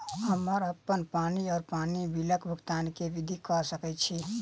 हम्मर अप्पन पानि वा पानि बिलक भुगतान केँ विधि कऽ सकय छी?